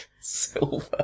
Silver